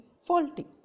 faulty